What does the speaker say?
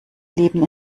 leben